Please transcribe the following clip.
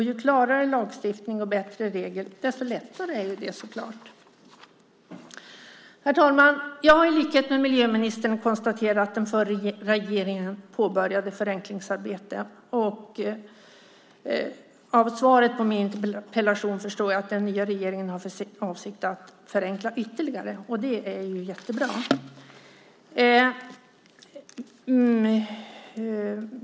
Ju klarare lagstiftning och bättre regler, desto lättare är det ju så klart! Herr talman! Jag har i likhet med miljöministern konstaterat att den förra regeringen påbörjade förenklingsarbetet. Av svaret på min interpellation förstår jag att den nya regeringen har för avsikt att förenkla ytterligare, och det är jättebra.